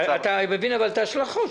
אבל אתה מבין את ההשלכות.